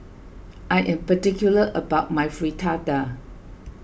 I am particular about my Fritada